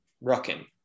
Rocking